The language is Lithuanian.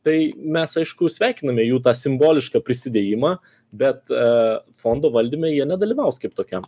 tai mes aišku sveikiname jų tą simbolišką prisidėjimą bet a fondo valdyme jie nedalyvaus kaip tokiam